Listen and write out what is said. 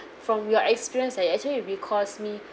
from your experience ya you actually recalls me